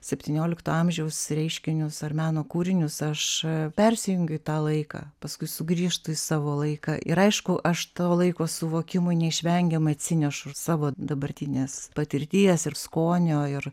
septyniolikto amžiaus reiškinius ar meno kūrinius aš persijungiu į tą laiką paskui sugrįžtu į savo laiką ir aišku aš to laiko suvokimui neišvengiamai atsinešu ir savo dabartinės patirties ir skonio ir